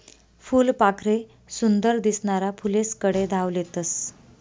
फुलपाखरे सुंदर दिसनारा फुलेस्कडे धाव लेतस